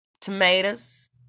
tomatoes